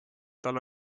tal